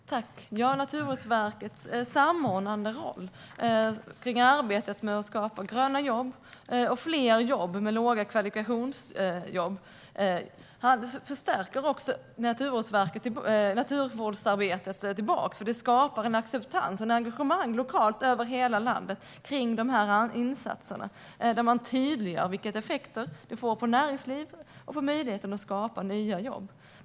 Herr talman! Naturvårdsverkets samordnande roll för arbetet med att skapa gröna jobb och fler jobb med låga kvalifikationskrav förstärker också naturvårdsarbetet. Det skapar en acceptans och ett engagemang lokalt över hela landet för dessa insatser när man tydliggör vilka effekter det får på näringsliv och möjligheten att skapa nya jobb.